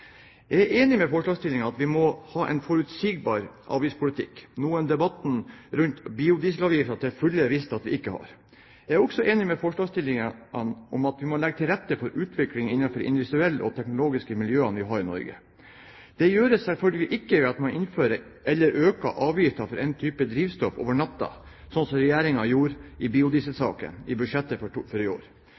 Jeg er enig med forslagsstillerne i at vi må ha en forutsigbar avgiftspolitikk, noe debatten rundt biodieselavgiften til fulle har vist at vi ikke har. Jeg er også enig med forslagsstillerne i at man må legge til rette for utvikling innen de industrielle og teknologiske miljøene vi har i Norge. Det gjøres selvfølgelig ikke ved at man innfører eller øker avgiften for en type drivstoff over natten, slik som Regjeringen gjorde i biodieselsaken i budsjettet for i år.